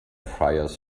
fires